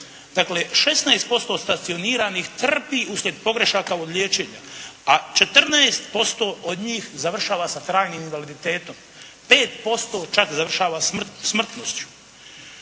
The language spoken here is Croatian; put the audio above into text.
Dakle 16% stacioniranih trpi uslijed pogrešaka u liječenju. A 14% od njih završava sa trajnim invaliditetom. 5% čak završava smrtnošću.